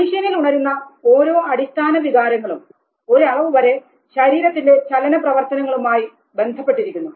മനുഷ്യനിൽ ഉണരുന്ന ഓരോ അടിസ്ഥാന വികാരങ്ങളും ഒരു അളവ് വരെ ശരീരത്തിൻറെ ചലന പ്രവർത്തനങ്ങളുമായി ബന്ധപ്പെട്ടിരിക്കുന്നു